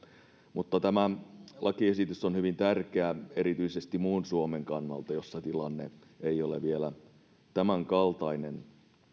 mutta tämä lakiesitys on hyvin tärkeä erityisesti muun suomen kannalta jossa tilanne ei ole vielä tämänkaltainen